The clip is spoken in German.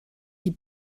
die